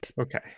Okay